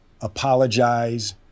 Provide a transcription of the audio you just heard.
apologize